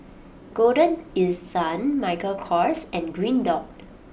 Golden East Sun Michael Kors and Green Dot